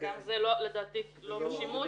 וגם זה לדעתי לא בשימוש.